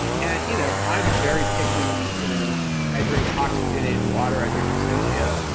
and you know i'm very picky. you know, i drink oxygenated water. i drink essentia.